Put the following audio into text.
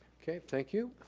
okay, thank you.